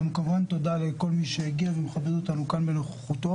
כמובן תודה גם לכל מי שהגיע ומכבד אותנו כאן בנוכחותו.